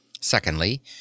Secondly